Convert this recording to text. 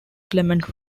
clement